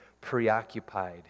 preoccupied